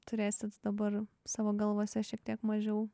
turėsit dabar savo galvose šiek tiek mažiau